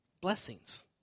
blessings